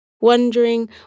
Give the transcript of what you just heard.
wondering